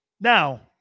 Now